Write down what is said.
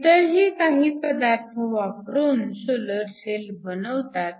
इतरही काही पदार्थ वापरून सोलर सेल बनवतात